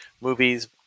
movies